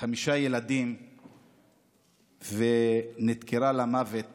חמישה ילדים ונדקרה למוות